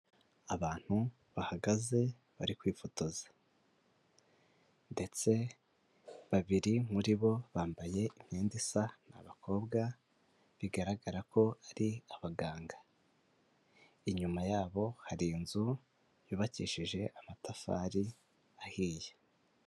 Abantu bahagaze bari kwifotoza ndetse babiri muri bo bambaye imyenda isa, ni abakobwa bigaragara ko ari abaganga, inyuma yabo hari inzu yubakishije amatafari ahiye.